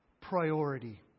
priority